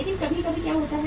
लेकिन कभी कभी क्या होता है